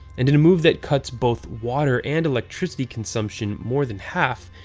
and in a move that cuts both water and electricity consumption more than half,